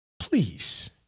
Please